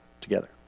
together